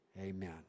Amen